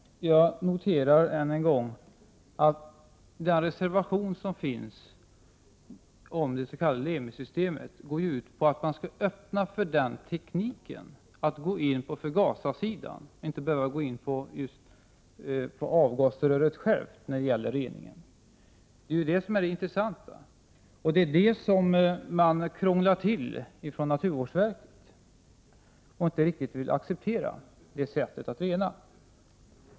Fru talman! Jag noterar än en gång att den reservation som finns om det s.k. Lemisystemet går ut på att man skall öppna för tekniken att gå in på förgasarsidan och inte behöva gå in på avgasröret självt vid reningen. Det är det som är det intressanta. Det är det som naturvårdsverket krånglar till. De vill inte riktigt acceptera det sättet att rena.